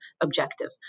objectives